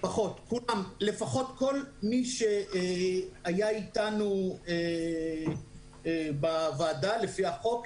לפחות כל מי שהיה איתנו בוועדה לפי החוק,